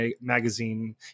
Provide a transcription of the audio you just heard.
magazine